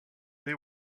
they